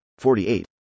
48